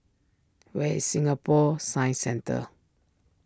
where is Singapore Science Centre